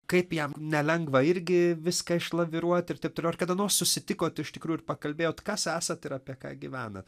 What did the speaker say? kaip jam nelengva irgi viską išlaviruot ir taip toliau ar kada nors susitikot iš tikrųjų pakalbėjot kas esat ir apie ką gyvenat